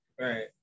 Right